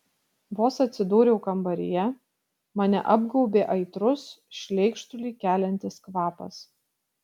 vos atsidūriau kambaryje mane apgaubė aitrus šleikštulį keliantis kvapas